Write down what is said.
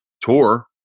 tour